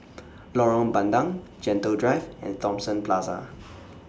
Lorong Bandang Gentle Drive and Thomson Plaza